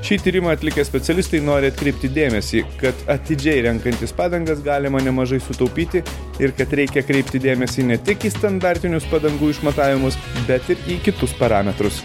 šį tyrimą atlikę specialistai nori atkreipti dėmesį kad atidžiai renkantis padangas galima nemažai sutaupyti ir kad reikia kreipti dėmesį ne tik į standartinius padangų išmatavimus bet ir į kitus parametrus